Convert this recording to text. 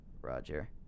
roger